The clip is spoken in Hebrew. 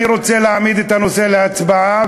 אני רוצה להעמיד את הנושא להצבעה,